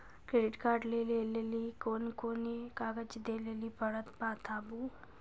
Credit card लै के लेली कोने कोने कागज दे लेली पड़त बताबू?